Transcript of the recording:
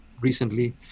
recently